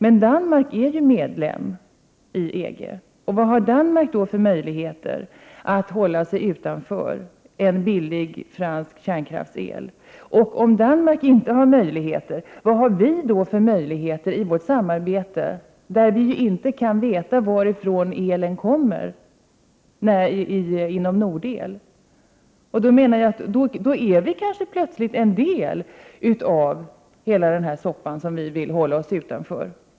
Men Danmark är ju medlem i EG, och vad har Danmark då för möjligheter att undvika en billig fransk kärnkraftsel. Om Danmark inte har sådana möjligheter, vilka möjligheter har vi då i vårt samarbete? Vi kan inte veta varifrån elen inom Nordel kommer. Då är vi kanske plötsligt en del av hela den här soppan, som vi vill hålla oss ifrån.